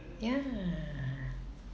ya